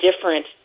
different